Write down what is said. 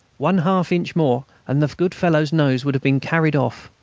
one half-inch more, and the good fellow's nose would have been carried off.